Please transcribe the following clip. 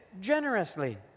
generously